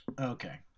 okay